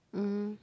mmhmm